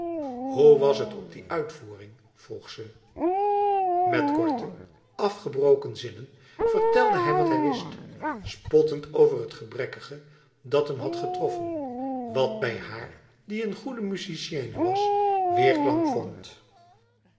hoe was het op die uitvoering vroeg ze met korte afgebroken zinnen vertelde hij wat hij wist spottend over het gebrekkige dat hem had getroffen wat bij haar die een goede musicienne was weerklank vond